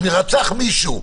אם יירצח מישהו,